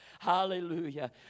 Hallelujah